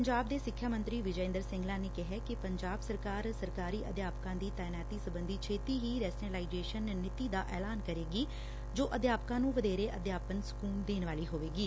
ਪੰਜਾਬ ਦੇ ਸਿੱਖਿਆ ਮੰਤਰੀ ਵਿਜੈ ਇੰਦਰ ਸਿੰਗਲਾ ਨੇ ਕਿਹਾ ਕਿ ਪੰਜਾਬ ਸਰਕਾਰ ਸਰਕਾਰੀ ਅਧਿਆਪਕਾਂ ਦੀ ਤਾਇਨਾਤੀ ਸਬੰਧੀ ਛੇਤੀ ਹੀ ਰੈਸ਼ਨੇਲਾਈਜ਼ੇਸ਼ਨ ਨੀਤੀ ਦਾ ਐਲਾਨ ਕਰੇਗੀ ਜੋ ਅਧਿਆਪਕਾਂ ਨੰ ਵਧੇਰੇ ਅਧਿਆਪਨ ਸਕੁਨ ਦੇਣ ਵਾਲੀ ਹੋਵੇਗੀ